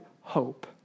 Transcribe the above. hope